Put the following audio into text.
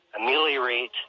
ameliorate